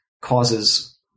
causes